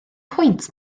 pwynt